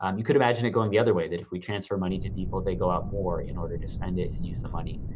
um you could imagine it going the other way that if we transfer money to people, they go out more in order to spend it and use the money.